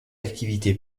activité